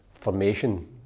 formation